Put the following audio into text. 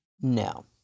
No